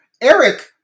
Eric